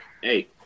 hey